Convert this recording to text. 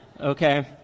okay